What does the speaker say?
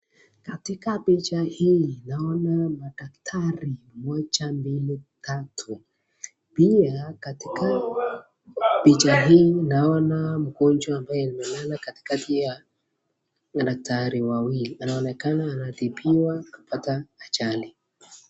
Katika picha hii naona madaktari moja, mbili, tatu. Pia katika picha hii naona mgonjwa ambaye amelala katikati ya madaktari wawili anaonekana anatibiwa hata hajali.